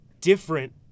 different